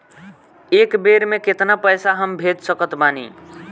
एक बेर मे केतना पैसा हम भेज सकत बानी?